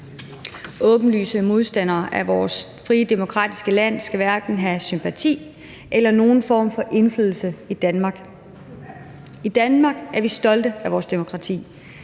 Åbenlyse modstandere af vores frie demokratiske land skal hverken have sympati eller nogen form for indflydelse i Danmark. I Danmark er vi stolte af vores demokrati.